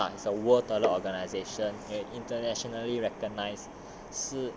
I think in made it work lah as a world toilet organisation an internationally recognised